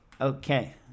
okay